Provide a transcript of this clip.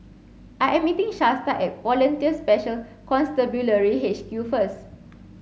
I am meeting Shasta at Volunteer Special Constabulary H Q first